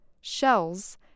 Shells